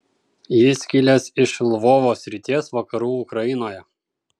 jis kilęs iš lvovo srities vakarų ukrainoje